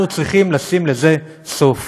אנחנו צריכים לשים לזה סוף.